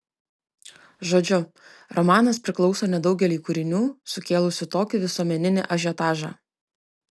žodžiu romanas priklauso nedaugeliui kūrinių sukėlusių tokį visuomeninį ažiotažą